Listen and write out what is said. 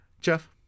Jeff